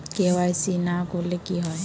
KYC না করলে কি হয়?